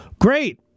great